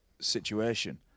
situation